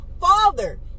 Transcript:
father